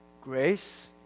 Grace